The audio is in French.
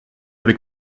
avec